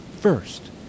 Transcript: First